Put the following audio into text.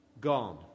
gone